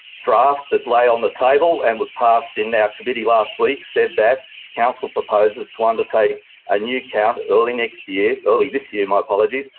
draft that lay on the table and was passed in our committee last week said that council proposes to undertake a new count early next year early this year, my apologies,